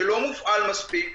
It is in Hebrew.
שלא מופעל מספיק,